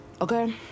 Okay